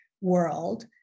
world